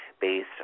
based